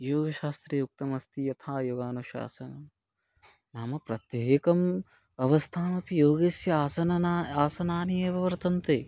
योगशास्त्रे उक्तमस्ति यथा योगानुशासनं नाम प्रत्येकम् अवस्था अपि योगस्य आसनना आसनानि एव वर्तन्ते